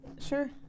Sure